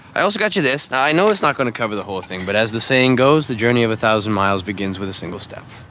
i also got you this. and i know it's not going to cover the whole thing, but as the saying goes, the journey of a thousand miles begins with a single step.